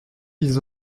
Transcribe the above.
ils